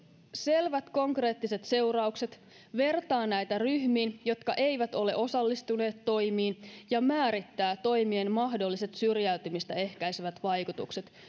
selvät konkreettiset seuraukset vertaa näitä ryhmiin jotka eivät ole osallistuneet toimiin ja määrittää toimien mahdolliset syrjäytymistä ehkäisevät vaikutukset